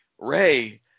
ray